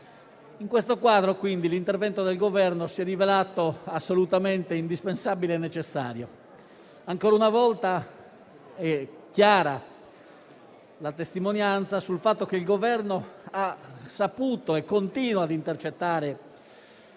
In questo quadro, quindi, l'intervento del Governo si è rivelato assolutamente indispensabile e necessario. Ancora una volta, è chiara la testimonianza del fatto che il Governo ha saputo e continua a intercettare